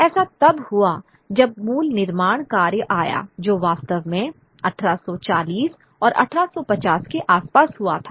ऐसा तब हुआ जब मूल निर्माण कार्य आया जो वास्तव में 1840 और 1850 के आसपास हुआ था